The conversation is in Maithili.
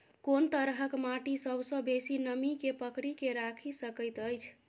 कोन तरहक माटि सबसँ बेसी नमी केँ पकड़ि केँ राखि सकैत अछि?